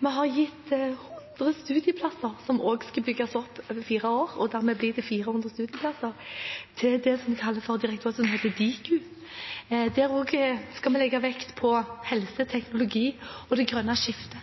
Vi har gitt 100 studieplasser som også skal bygges opp over fire år – og dermed blir det 400 studieplasser – til det direktoratet som heter Diku. Der også skal vi legge vekt på helseteknologi og det grønne skiftet.